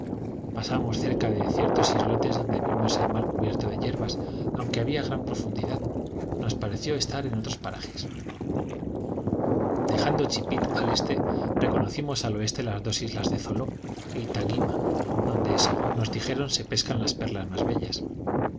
pasamos cerca de ciertos islotes donde vimos el mar cubierto de yerbas aunque había gran profundidad nos pareció estar en otros parajes eja chit al este reconocimos al oeste las dos islas de zo y tarima donde según nos dijeron se pescan las perlas más bellas